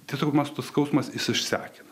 tiesiog tas skausmas jis išsekina